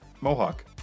Mohawk